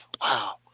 Wow